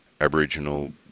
Aboriginal